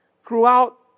throughout